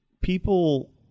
people